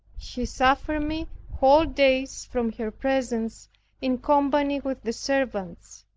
she suffered me whole days from her presence in company with the servants,